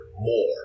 more